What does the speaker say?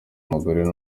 umugore